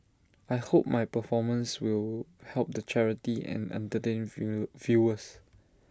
I hope my performance will help the charity and entertain view viewers